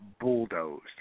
bulldozed